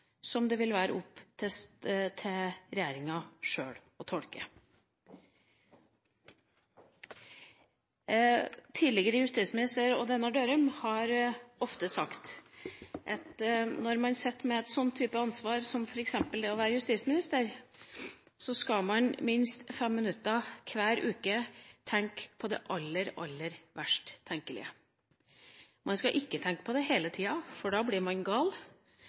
som det vil være opp til regjeringa sjøl å tolke. Tidligere justisminister Odd Einar Dørum har ofte sagt at når man sitter med et slikt ansvar som f.eks. det å være justisminister, så skal man minst 5 minutter hver uke tenke på det aller, aller verst tenkelige. Man skal ikke tenke på det hele tida, for da blir man gal.